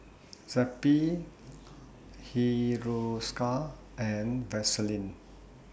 Zappy Hiruscar and Vaselin